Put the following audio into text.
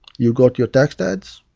you've got your tax ads,